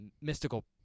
mystical